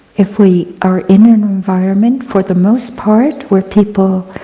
if we are in an environment for the most part where people